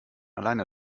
alleine